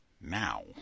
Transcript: now